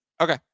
Okay